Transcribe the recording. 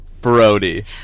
Brody